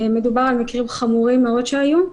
מדובר על מקרים חמורים מאוד שהיו.